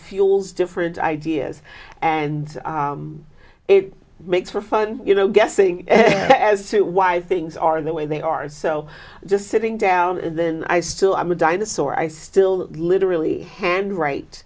stiffer and ideas and it makes for fun you know guessing as to why things are the way they are so just sitting down and then i still am a dinosaur i still literally hand write